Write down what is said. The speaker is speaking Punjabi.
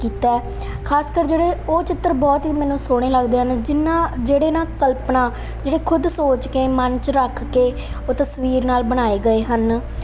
ਕੀਤਾ ਹੈ ਖਾਸਕਰ ਜਿਹੜੇ ਉਹ ਚਿੱਤਰ ਬਹੁਤ ਹੀ ਮੈਨੂੰ ਸੋਹਣੇ ਲੱਗਦੇ ਹਨ ਜਿਹਨਾਂ ਜਿਹੜੇ ਨਾ ਕਲਪਨਾ ਜਿਹੜੇ ਖੁਦ ਸੋਚ ਕੇ ਮਨ 'ਚ ਰੱਖ ਕੇ ਉਹ ਤਸਵੀਰ ਨਾਲ ਬਣਾਏ ਗਏ ਹਨ